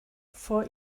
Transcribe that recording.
vor